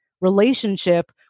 relationship